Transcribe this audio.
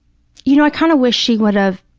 you know, i kind of wish she would have